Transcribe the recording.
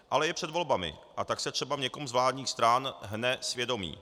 Ale je před volbami, a tak se třeba v někom z vládních stran hne svědomí.